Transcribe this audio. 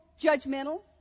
judgmental